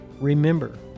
Remember